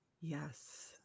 Yes